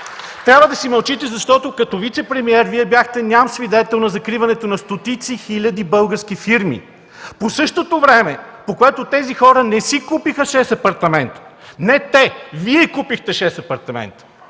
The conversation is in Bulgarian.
трябва да си мълчите, защото като вицепремиер бяхте ням свидетел на закриването на стотици хиляди български фирми. По същото време тези хора не си купиха по 6 апартамента. Не те, а Вие купихте 6 апартамента,